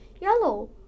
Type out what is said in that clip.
yellow